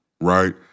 right